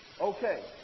okay